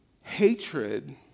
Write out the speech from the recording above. hatred